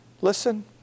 Listen